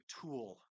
tool